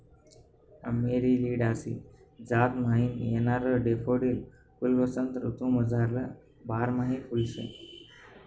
Amaryllidaceae जात म्हाईन येणारं डैफोडील फुल्वसंत ऋतूमझारलं बारमाही फुल शे